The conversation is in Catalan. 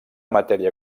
matèria